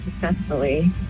successfully